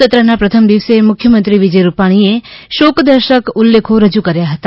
સત્રના પ્રથમ દિવસે મુખ્યમંત્રી વિજય રૂપાણીએ શોક દર્શક ઉલ્લેખો રજૂ કર્યા હતા